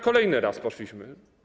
Kolejny raz poszliśmy.